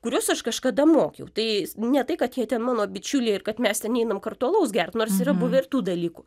kuriuos aš kažkada mokiau tai ne tai kad jie ten mano bičiuliai ir kad mes ten einam kartu alaus gert nors yra buvę ir tų dalykų